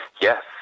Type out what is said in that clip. Yes